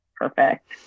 perfect